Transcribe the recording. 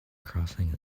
crossing